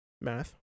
Math